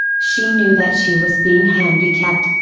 she knew that she was being handicapped,